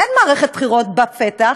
אין מערכת בחירות בפתח.